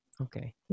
okay